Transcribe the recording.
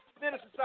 Minister